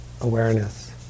awareness